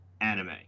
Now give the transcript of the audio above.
anime